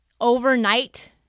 overnight